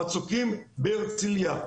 המצוקים בהרצליה,